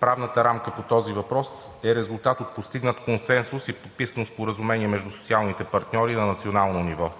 Правната рамка по този въпрос е резултат от постигнат консенсус и подписано Споразумение между социалните партньори на национално ниво.